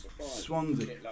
Swansea